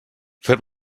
fer